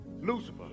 Lucifer